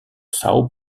são